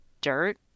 dirt